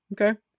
Okay